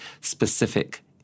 specific